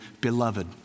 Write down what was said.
Beloved